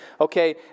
okay